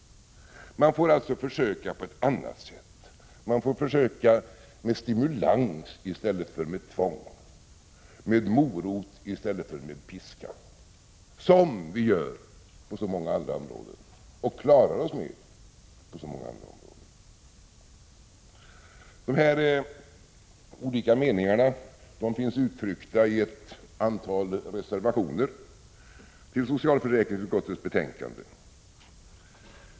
Man får alltså försöka på annat sätt, försöka med stimulans i stället för tvång, med morot i stället för piska, som vi gör på så många andra områden och klarar oss med på så många andra områden. 43 Dessa olika meningar finns uttryckta i ett antal reservationer till socialförsäkringsutskottets betänkande.